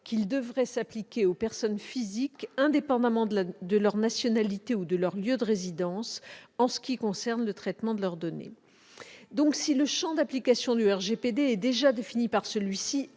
qu'il devrait s'appliquer aux personnes physiques, indépendamment de leur nationalité ou de leur lieu de résidence en ce qui concerne le traitement de leurs données. Si son champ d'application est déjà défini par le RGPD,